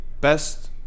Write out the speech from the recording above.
best